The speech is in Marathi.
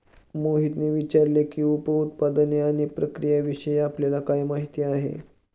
मोहितने विचारले की, उप उत्पादने आणि प्रक्रियाविषयी आपल्याला काय माहिती आहे?